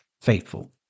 faithful